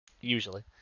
usually